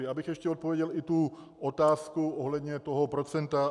Já bych ještě odpověděl i na otázku ohledně toho procenta.